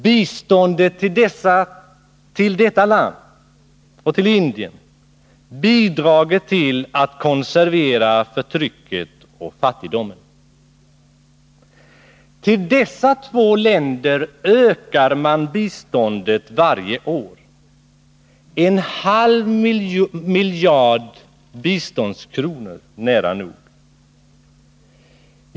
Biståndet till Indien och Bangladesh bidrar till att öka förtrycket och fattigdomen. Till dessa två länder ökar Sverige biståndet varje år — en halv miljard biståndskronor, nära nog.